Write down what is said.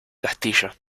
castillo